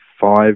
five